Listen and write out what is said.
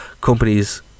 companies